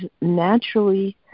naturally